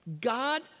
God